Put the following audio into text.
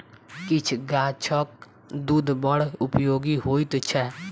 किछ गाछक दूध बड़ उपयोगी होइत छै